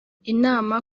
inama